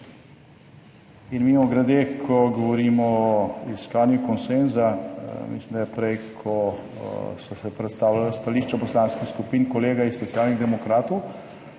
In mimogrede, ko govorimo o iskanju konsenza, mislim, da je prej, ko so se predstavljala stališča poslanskih skupin, kolega iz Socialnih demokratov